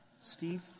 Steve